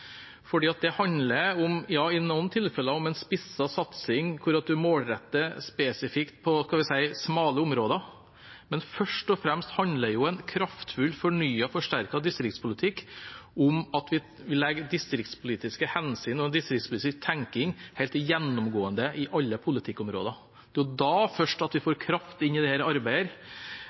i noen tilfeller handler det om en spisset satsing, hvor en målretter spesifikt på smale områder, men først og fremst handler jo en kraftfull, fornyet og forsterket distriktspolitikk om at vi legger distriktspolitiske hensyn og en distriktspolitisk tenkning helt gjennomgående i alle politikkområder. Det er først da vi får kraft inn i dette arbeidet og kan lykkes med det